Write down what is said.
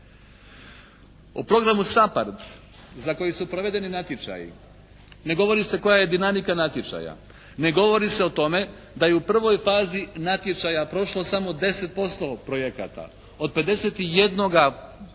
U programu «SAPARD» za koji su provedeni natječaji ne govori se koja je dinamika natječaja. Ne govori se o tome da je u prvoj fazi natječaja prošlo samo 10% projekata. Od 51-ga,